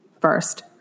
first